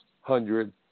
hundred